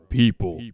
people